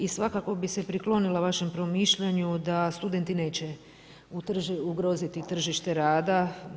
I svakako bi se priklonila vašem promišljanju, da studenti neće ugroziti tržištu rada.